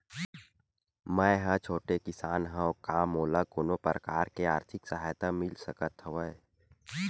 मै ह छोटे किसान हंव का मोला कोनो प्रकार के आर्थिक सहायता मिल सकत हवय?